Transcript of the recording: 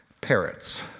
parrots